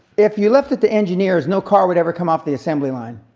if you left it to engineers, no car would ever come off the assembly line.